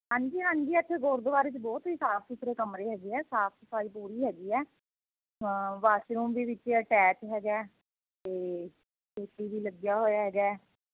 ਹਾਂਜੀ ਹਾਂਜੀ ਇੱਥੇ ਗੁਰਦੁਆਰੇ 'ਚ ਬਹੁਤ ਹੀ ਸਾਫ਼ ਸੁਥਰੇ ਕਮਰੇ ਹੈਗੇ ਆ ਸਾਫ਼ ਸਫ਼ਾਈ ਪੂਰੀ ਹੈਗੀ ਹੈ ਹਾਂ ਵਾਸ਼ਰੂਮ ਵੀ ਵਿੱਚ ਅਟੈਚ ਹੈਗਾ ਹੈ ਏ ਸੀ ਵੀ ਲੱਗਿਆ ਹੋਇਆ ਹੈਗਾ